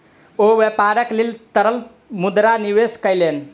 ओ व्यापारक लेल तरल मुद्रा में निवेश कयलैन